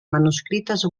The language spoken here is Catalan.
manuscrites